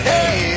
Hey